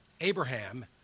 Abraham